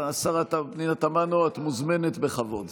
השרה פנינה תמנו, את מוזמנת בכבוד.